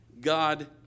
God